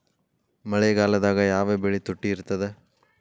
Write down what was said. ಮಳೆಗಾಲದಾಗ ಯಾವ ಬೆಳಿ ತುಟ್ಟಿ ಇರ್ತದ?